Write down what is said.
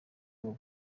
wowe